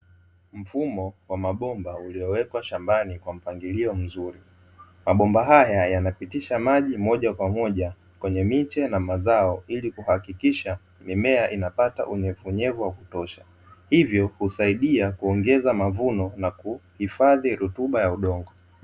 Mfumo wa mabombo uliowekwa shambani kwa mpangilio mzuri, mabomba haya yanapitisha maji mojakwa moja kwenye miche na mazao ili kuhakikisha mimea inapata unyevunyevu wa kutosha hivyo usaidia kuongeza mavuno na kuhifadhi rutuba ya udongo.